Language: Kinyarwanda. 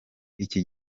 iki